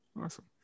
Awesome